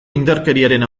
indarkeriaren